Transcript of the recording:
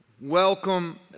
Welcome